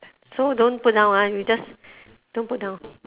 so don't put down ah you just don't put down